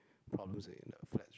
problems is in their flat